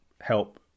help